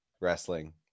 wrestling